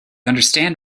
understand